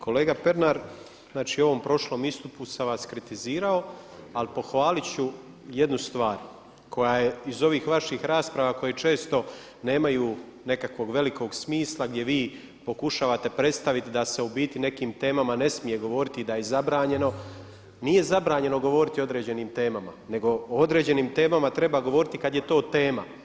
Kolega Pernar, znači u ovom prošlom istupu sam vas kritizirao ali pohvaliti ću jednu stvar koja je iz ovih vaših rasprava, koje često nemaju nekakvog velikog smisla, gdje vi pokušavate predstaviti da se u biti o nekim temama ne smije govoriti i da je zabranjeno, nije zabranjeno govoriti o određenim temama nego o određenim temama, nego o određenim temama treba govoriti kada je to tema.